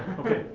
okay.